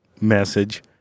message